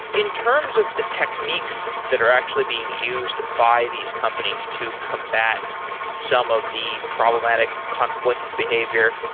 in terms of the techniques that are actually being used by these companies to combat some of the problematic conflict behavior,